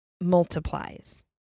multiplies